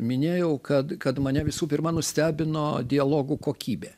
minėjau kad kad mane visų pirma nustebino dialogų kokybė